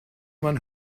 man